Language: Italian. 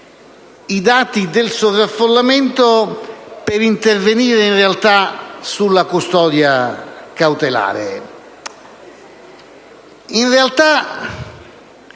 i dati del sovraffollamento per intervenire, in realtà, sulla custodia cautelare.